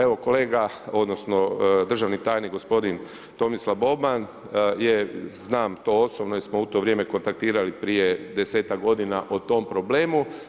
Evo, kolega, odnosno, državni tajnik gospodin Tomislav Boban, znam to osobno jer smo u to vrijeme kontaktirali prije 10-tak g. o tom problemu.